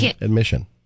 admission